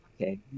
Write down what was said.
okay